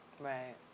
Right